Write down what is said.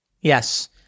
Yes